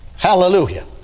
Hallelujah